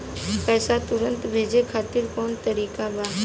पैसे तुरंत भेजे खातिर कौन तरीका बा?